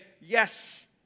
yes